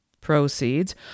Proceeds